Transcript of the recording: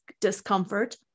discomfort